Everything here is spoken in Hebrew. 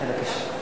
בבקשה.